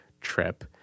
trip